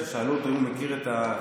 כששאלו אותו אם הוא מכיר את החקירות,